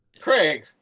Craig